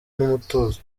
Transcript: n’umutuzo